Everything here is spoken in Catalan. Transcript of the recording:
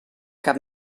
cap